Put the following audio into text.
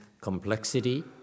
complexity